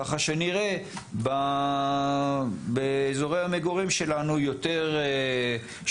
ככה שנראה באזורי המגורים שלנו יותר שוטרים.